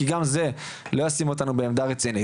כי גם זה לא ישים אותנו בעמדה רצינית.